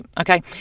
Okay